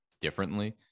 differently